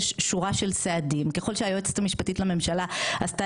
יש שורה של סעדים ככל שהיועצת המשפטית לממשלה עשתה